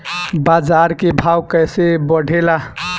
बाजार के भाव कैसे बढ़े ला?